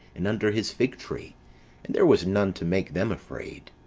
and under his fig tree and there was none to make them afraid.